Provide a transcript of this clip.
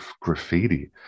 graffiti